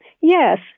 Yes